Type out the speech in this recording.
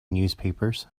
newspapers